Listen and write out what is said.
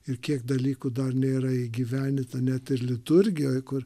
ir kiek dalykų dar nėra įgyvenyta net ir liturgijoj kur